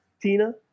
Tina